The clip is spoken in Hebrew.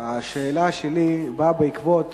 השאלה שלי באה בעקבות